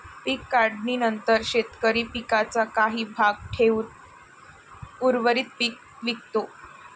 पीक काढणीनंतर शेतकरी पिकाचा काही भाग ठेवून उर्वरित पीक विकतो